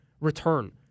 return